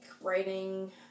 writing